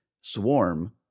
Swarm